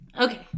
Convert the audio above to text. Okay